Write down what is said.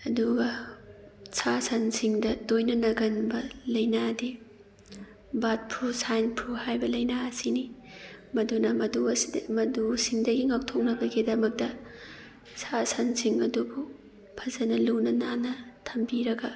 ꯑꯗꯨꯒ ꯁꯥ ꯁꯟꯁꯤꯡꯗ ꯇꯣꯏꯅ ꯅꯥꯒꯟꯕ ꯂꯥꯏꯅꯥꯗꯤ ꯕꯥꯔꯗ ꯐ꯭ꯂꯨ ꯁ꯭ꯋꯥꯏꯟ ꯐ꯭ꯂꯨ ꯍꯥꯏꯕ ꯂꯥꯏꯅꯥ ꯑꯁꯤꯅꯤ ꯃꯗꯨꯅ ꯃꯗꯨ ꯑꯁꯤꯗ ꯃꯗꯨꯁꯤꯡꯗꯒꯤ ꯉꯥꯛꯊꯣꯛꯅꯕꯒꯤꯗꯃꯛꯇ ꯁꯥ ꯁꯟꯁꯤꯡ ꯑꯗꯨꯕꯨ ꯐꯖꯟꯅ ꯂꯨꯅ ꯅꯥꯟꯅ ꯊꯝꯕꯤꯔꯒ